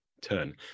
turn